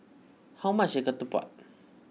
how much is Ketupat